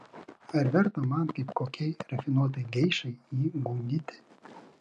ar verta man kaip kokiai rafinuotai geišai jį gundyti